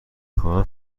خواهم